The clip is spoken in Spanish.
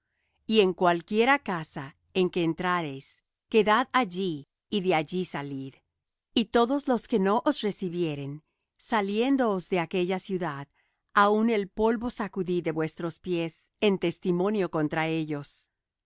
y en cualquiera casa en que entrareis quedad allí y de allí salid y todos los que no os recibieren saliéndoos de aquella ciudad aun el polvo sacudid de vuestros pies en testimonio contra ellos